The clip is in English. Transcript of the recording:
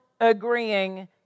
agreeing